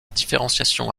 différenciation